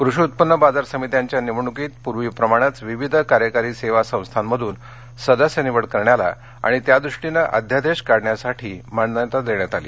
कृषी उत्पन्न बाजार समित्यांच्या निवडणुकीत पूर्वीप्रमाणेच विविध कार्यकारी सेवा संस्थांमधून सदस्य निवड करण्याला आणि त्यादृष्टीने अध्यादेश काढण्यासाठीही मान्यता देण्यात आली